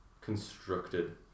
constructed